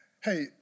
hey